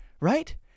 Right